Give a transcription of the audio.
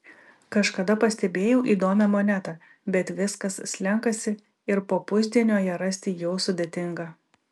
kažkada pastebėjau įdomią monetą bet viskas slenkasi ir po pusdienio ją rasti jau sudėtinga